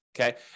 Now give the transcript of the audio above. Okay